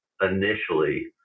initially